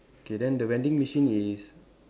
okay then the vending machine is